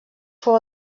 fou